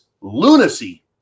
lunacy